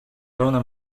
pełne